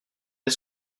est